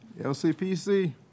LCPC